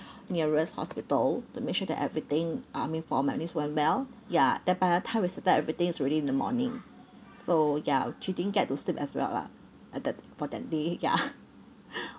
nearest hospital to make sure that everything uh I mean for my niece went well ya that by the time we settled everything it's already in the morning so ya she didn't get to sleep as well lah at that for that day ya